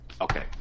Okay